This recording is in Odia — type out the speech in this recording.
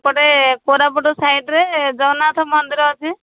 ଏପଟେ କୋରାପୁଟ ସାଇଟ୍ରେ ଜଗନ୍ନାଥ ମନ୍ଦିର ଅଛି